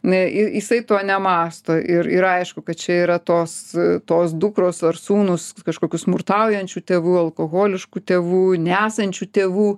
na i jisai to nemąsto ir ir aišku kad čia yra tos tos dukros ar sūnūs kažkokių smurtaujančių tėvų alkoholiškų tėvų nesančių tėvų